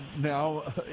now